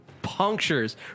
punctures